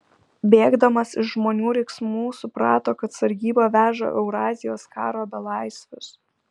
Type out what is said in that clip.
bėgdamas iš žmonių riksmų suprato kad sargyba veža eurazijos karo belaisvius